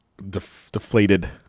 Deflated